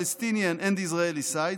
Palestinian and Israeli sides,